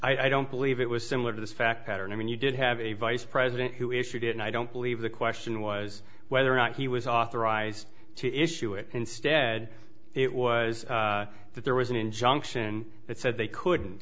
accreditations i don't believe it was similar to this fact pattern i mean you did have a vice president who issued it and i don't believe the question was whether or not he was authorized to issue it instead it was that there was an injunction that said they could